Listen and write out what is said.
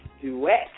duet